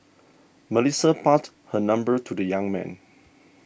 Melissa passed her number to the young man